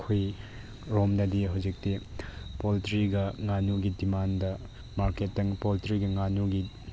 ꯑꯩꯈꯣꯏꯔꯣꯝꯗꯗꯤ ꯍꯧꯖꯤꯛꯇꯤ ꯄꯣꯜꯇ꯭ꯔꯤꯒ ꯉꯥꯅꯨꯒꯤ ꯗꯤꯃꯥꯟꯗ ꯃꯥꯔꯀꯦꯠꯇ ꯄꯣꯜꯇ꯭ꯔꯤꯒꯤ ꯉꯥꯅꯨꯒꯤ